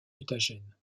mutagène